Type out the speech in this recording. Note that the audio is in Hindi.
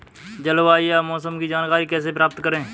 जलवायु या मौसम की जानकारी कैसे प्राप्त करें?